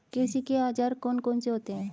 कृषि के औजार कौन कौन से होते हैं?